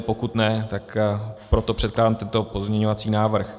Pokud ne, tak proto předkládám tento pozměňovací návrh.